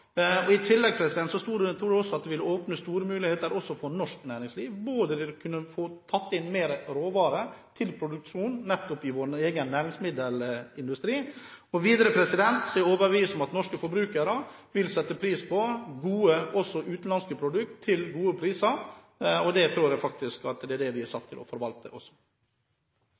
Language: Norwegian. våre. I tillegg tror jeg det vil åpne store muligheter for norsk næringsliv. Vi vil kunne ta inn mer råvarer til produksjon i vår egen næringsmiddelindustri, og videre er jeg overbevist om at norske forbrukere vil sette pris på gode utenlandske produkter til gode priser – jeg tror at det er det vi er satt til å forvalte.